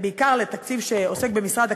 בעיקר לתקציב שעוסק במשרד הכלכלה,